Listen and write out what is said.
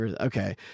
Okay